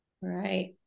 Right